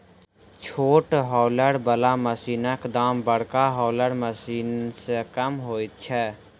छोट हौलर बला मशीनक दाम बड़का हौलर बला मशीन सॅ कम होइत छै